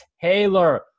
Taylor